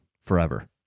forever